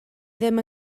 ddim